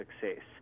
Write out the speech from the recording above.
success